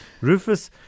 Rufus